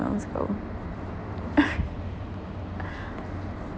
mouse though